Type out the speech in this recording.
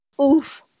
Oof